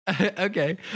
Okay